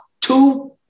Two